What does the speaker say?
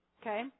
okay